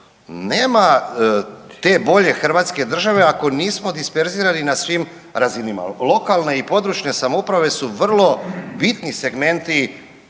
Nema te bolje hrvatske države ako nismo disperzirani na svim razinama. Lokalne i područne samouprave su vrlo bitni segmenti